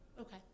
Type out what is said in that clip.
okay